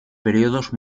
períodos